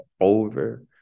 over